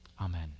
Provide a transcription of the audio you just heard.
amen